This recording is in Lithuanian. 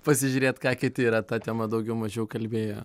pasižiūrėt ką kiti yra ta tema daugiau mažiau kalbėję